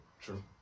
True